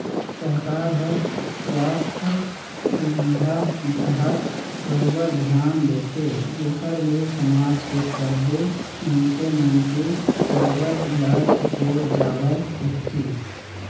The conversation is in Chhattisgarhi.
सरकार ह सुवास्थ सुबिधा डाहर बरोबर धियान देथे जेखर ले समाज के सब्बे मनखे मन के बरोबर इलाज हो जावय कहिके